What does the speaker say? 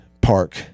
Park